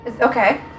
Okay